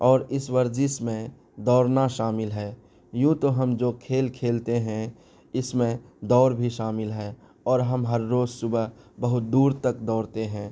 اور اس ورزش میں دوڑنا شامل ہے یوں تو ہم جو کھیل کھیلتے ہیں اس میں دوڑ بھی شامل ہے اور ہم ہر روز صبح بہت دور تک دوڑتے ہیں